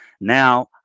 Now